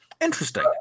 interesting